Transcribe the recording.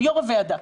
כיו"ר הוועדה,